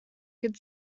could